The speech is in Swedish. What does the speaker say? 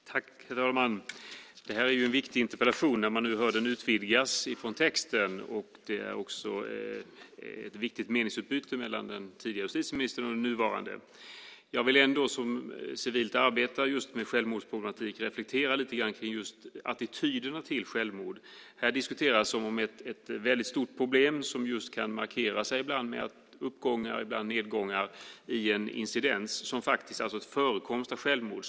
Herr talman! Det här är en viktig interpellation. Nu hörde vi den utvidgas från texten. Det är också ett viktigt meningsutbyte mellan den tidigare justitieministern och den nuvarande. Eftersom jag arbetar civilt med självmordsproblematik vill jag reflektera lite grann kring attityderna till självmord. Här diskuteras det som ett väldigt stort problem med uppgångar och nedgångar i incidens, det vill säga förekomst av självmord.